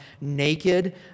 naked